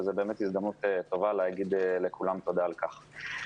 וזו באמת הזדמנות להגיד לכולם תודה על כך.